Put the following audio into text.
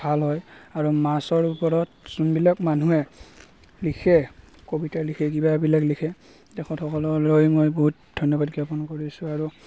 ভাল হয় আৰু মাছৰ ওপৰত যোনবিলাক মানুহে লিখে কবিতা লিখে কিবা বিলাক লিখে তেখেতসকললৈ মই বহুত ধন্যবাদ জ্ঞাপন কৰিছোঁ আৰু